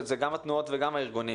זה גם התנועות וגם הארגונים.